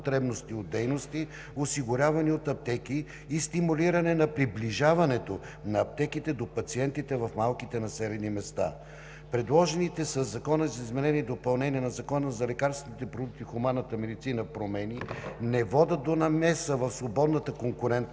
от дейности, осигурявани от аптеки, и стимулиране на приближаването на аптеките до пациентите в малките населени места. Предложените със Законопроекта за изменение и допълнение на Закона за лекарствените продукти в хуманната медицина промени не водят до намеса в свободната конкурентна